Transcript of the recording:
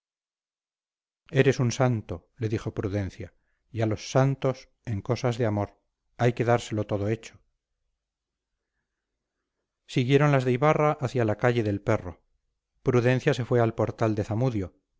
eres un santo le dijo prudencia y a los santos en cosas de amor hay que dárselo todo hecho siguieron las de ibarra hacia la calle del perro prudencia se fue al portal de zamudio